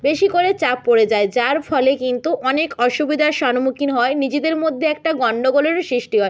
বেশি করে চাপ পড়ে যায় যার ফলে কিন্তু অনেক অসুবিধার সম্মুখীন হয় নিজেদের মধ্যে একটা গন্ডগোলেরও সৃষ্টি হয়